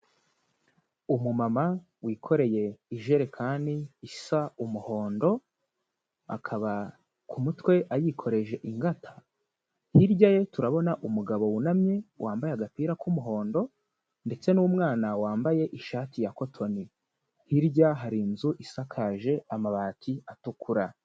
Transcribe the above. Umumama wikoreye ijerekani isa umuhondo, akaba ku mutwe ayikoreje ingata, hirya ye turabona umugabo wunamye wambaye agapira k'umuhondo ndetse n'umwana wambaye ishati ya kotoni, hirya hari inzu isakaje amabati atukura.